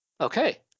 Okay